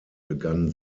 begann